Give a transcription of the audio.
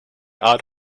odd